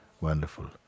wonderful